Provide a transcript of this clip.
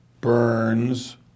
Burns